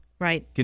Right